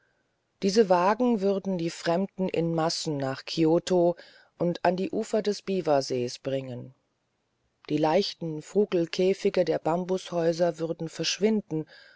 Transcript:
diese wagen würden die fremden in massen nach kioto und an die ufer des biwasees bringen die leichten vogelkäfige der bambushäuser würden verschwinden